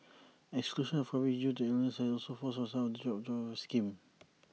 exclusion of coverage due to illnesses also forces some of them to drop out of the scheme